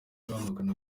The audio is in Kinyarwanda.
rwamagana